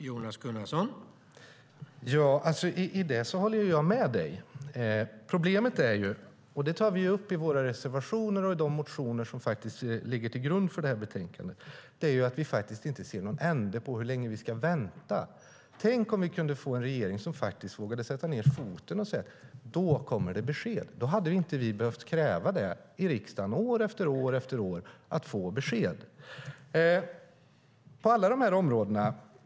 Herr talman! Jag håller med dig, Thomas Finnborg. Problemet är att vi inte ser någon ände på hur länge vi ska vänta, och det tar vi upp i våra reservationer och i de motioner som ligger till grund för det här betänkandet. Tänk om vi kunde få en regering som vågade sätta ned foten och säga när beskeden kommer. Då hade inte vi i riksdagen behövt kräva att få besked år efter år.